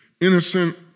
innocent